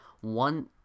One